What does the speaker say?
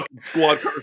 Squad